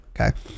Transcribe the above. Okay